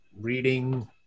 reading